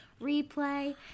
replay